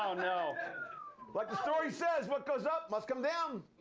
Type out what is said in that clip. you know like the story says what goes up, must come down.